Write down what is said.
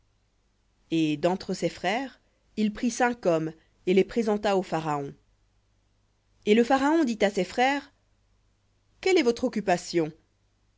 et d'entre ses frères il prit cinq hommes et les présenta au pharaon et le pharaon dit à ses frères quelle est votre occupation